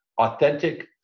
authentic